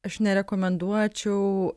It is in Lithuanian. aš nerekomenduočiau